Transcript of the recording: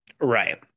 Right